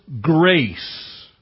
grace